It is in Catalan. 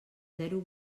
zero